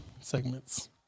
segments